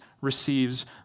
receives